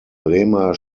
bremer